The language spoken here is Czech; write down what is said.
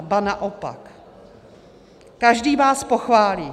Ba naopak, každý vás pochválí.